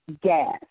gas